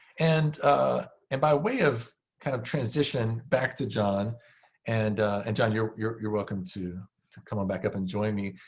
and ah and by way of kind of transition back to john and and john, you're you're welcome to to come on back up and join me.